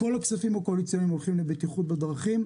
כל הכספים הקואליציוניים הולכים לבטיחות בדרכים,